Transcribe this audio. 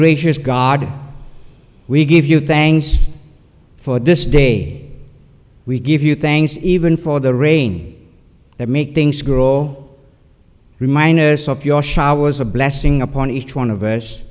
gracious god we give you thanks for this day we give you things even for the rain that make things go all remind us of your showers a blessing upon each one of us